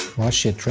wash it, rinse